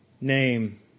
name